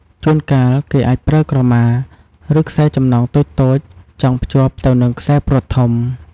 ជួនកាល គេអាចប្រើក្រមា ឬខ្សែចំណងតូចៗចងភ្ជាប់ទៅនឹងខ្សែព្រ័ត្រធំ។